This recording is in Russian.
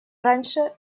раньше